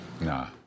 Nah